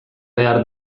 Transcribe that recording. behar